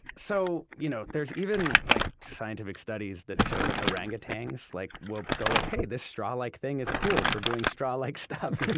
so, you know, there's even like, scientific studies that show that orangutans like, will go like, hey, this straw-like thing is cool for doing straw-like stuff, you know?